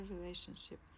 relationship